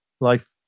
life